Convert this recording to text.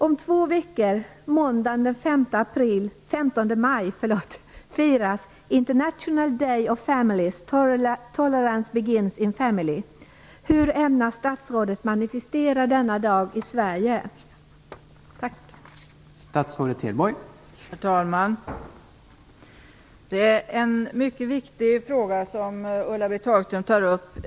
Om två veckor, måndagen den 15 maj, firas International Day of Families - Tolerance begins in the family. Hur ämnar statsrådet manifestera denna dag i Sverige? Tack!